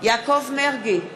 יעקב מרגי,